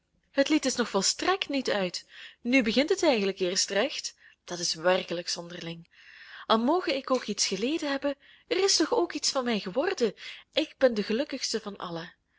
het lied is nog volstrekt niet uit nu begint het eigenlijk eerst recht dat is werkelijk zonderling al moge ik ook iets geleden hebben er is toch ook iets van mij geworden ik ben de gelukkigste van alle